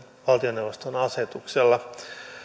valtioneuvoston asetuksella